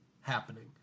happening